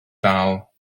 dal